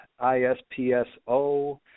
ISPSO